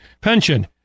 pension